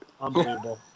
Unbelievable